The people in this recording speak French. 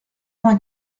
vingt